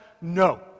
No